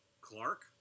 Clark